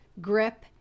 grip